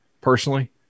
personally